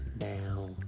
Now